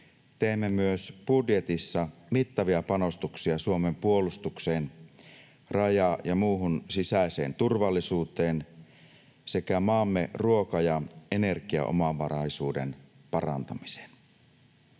teemme myös budjetissa mittavia panostuksia Suomen puolustukseen, raja- ja muuhun sisäiseen turvallisuuteen sekä maamme ruoka- ja energiaomavaraisuuden parantamiseen.